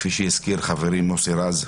כפי שהזכיר חברי מוסי רז,